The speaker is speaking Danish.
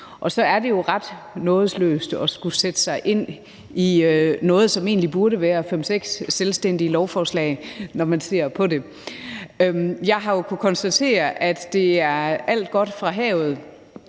og så er det jo ret nådesløst at skulle sætte sig ind i noget, som egentlig burde være fem, seks selvstændige lovforslag, når man ser på det. Jeg har jo kunnet konstatere, at det er alt godt fra havet,